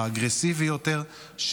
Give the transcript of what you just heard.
האגרסיבי יותר,